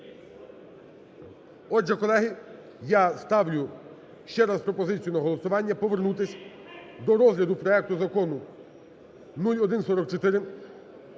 Отже, колеги, я ставлю ще раз пропозицію на голосування повернутись до розгляду проекту Закону 0144